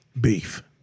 beef